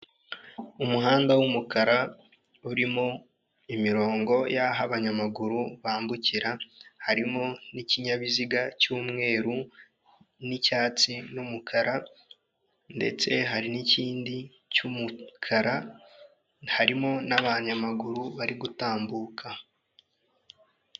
Umuhanda w'umukara urimo imirongo yaho abanyamaguru bambukira, harimo n'ikinyabiziga cy'umweru, n'icyatsi, n'umukara, ndetse hari n'ikindi cy'umukara, harimo n'abanyamaguru bari gutambuka.